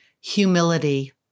Humility